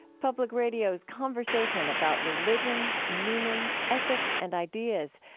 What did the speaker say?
public radio's conversation about religion, meaning, ethics, and ideas.